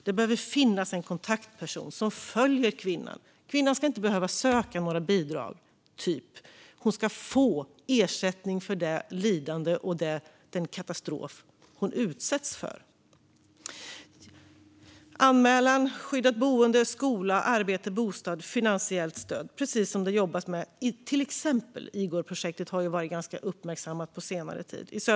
Det behöver finnas en kontaktperson som följer kvinnan. Kvinnan ska inte behöva söka något slags bidrag. Hon ska få ersättning för det lidande och den katastrof hon utsätts för. Det handlar om anmälan, skyddat boende, skola, arbete, bostad och finansiellt stöd. Det är precis sådant som det jobbas med i till exempel Igor-projektet i södra Stockholm, som ju har varit ganska uppmärksammat på senare tid.